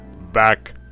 Back